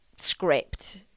script